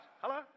Hello